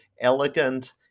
elegant